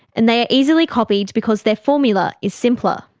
and they are easily copied because their formula is simpler.